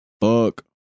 fuck